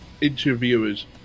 interviewers